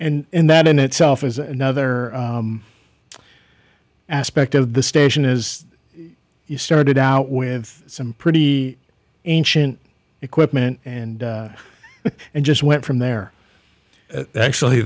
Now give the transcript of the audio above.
and that in itself is another aspect of the station is you started out with some pretty ancient equipment and and just went from there actually